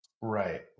Right